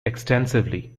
extensively